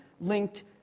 linked